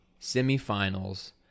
semifinals